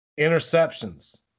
Interceptions